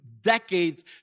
decades